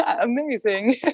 amazing